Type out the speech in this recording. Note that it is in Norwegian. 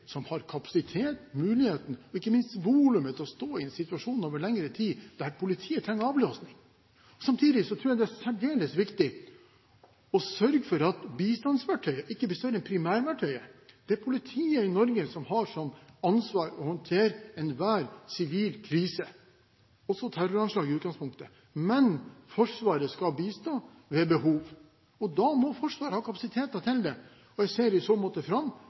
som har kapasitet, mulighet og ikke minst volum til å stå i situasjoner over lengre tid der politiet trenger avlastning. Samtidig tror jeg det er særdeles viktig å sørge for at bistandsverktøyet ikke blir større enn primærverktøyet. Det er politiet i Norge som har som ansvar å håndtere enhver sivil krise – også terroranslag i utgangspunktet. Men Forsvaret skal bistå ved behov. Da må Forsvaret ha kapasitet til det. Jeg ser i så måte fram